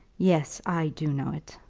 yes i do know it,